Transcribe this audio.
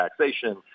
taxation